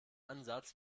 ansatz